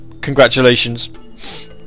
Congratulations